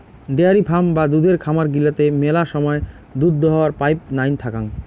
dairy farm বা দুধের খামার গিলাতে মেলা সময় দুধ দোহাবার পাইপ নাইন থাকাং